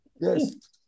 yes